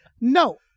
no